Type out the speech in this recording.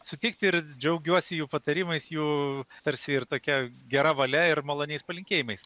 sutikti ir džiaugiuosi jų patarimais jų tarsi ir tokia gera valia ir maloniais palinkėjimais